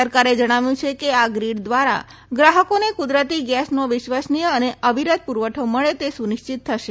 સરકારે જણાવ્યું છે કે આ ગ્રીડ દ્રારા ગ્રાહકોને કુદરતી ગેસનો વિશ્વસનીય અને અવિરત પુરવઠો મળે તે સુનિશ્વિત થશે